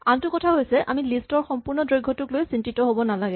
আনটো কথা হৈছে আমি লিষ্ট ৰ সম্পূৰ্ণ দৈৰ্ঘ্যটোক লৈ চিন্তিত হ'ব নালাগে